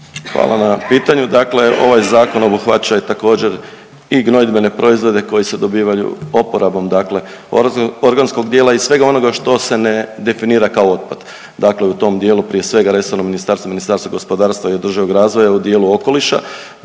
Hvala na pitanju. Dakle, ovaj zakon obuhvaća i također i gnojidbene proizvode koji se dobivaju oporabom dakle organskog dijela i svega onoga što se ne definira kao otpad. Dakle u tom dijelu prije svega resorno ministarstvo, Ministarstvo gospodarstva i održivog razvoja u dijelu okoliša